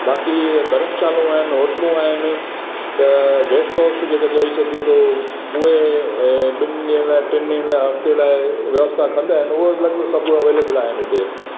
बाकि धरमशालाऊं आहिनि होटलूं आहिनि त गेस्ट हाउस जेके चई सघिजे थो उहे ॿिनि ॾींहनि लाइ टिनि ॾींहनि लाइ हफ़्ते लाइ व्यवस्था कंदा आहिनि हूअ लगभॻि सभु एवेलेबल आहिनि हिते